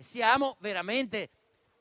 Siamo veramente